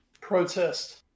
Protest